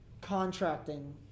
Contracting